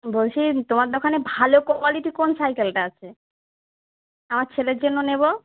বলছি তোমার দোকানে ভালো কোয়ালিটির কোন সাইকেলটা আছে আমার ছেলের জন্য নেব